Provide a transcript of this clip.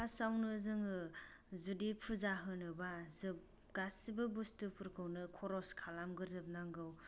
फार्स्टआवनो जोङो जुदि फुजा होनोब्ला जों गासिबो बुस्थुफोरखौनो खरस खालाम गोरजोब नांगौ